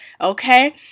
okay